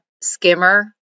Skimmer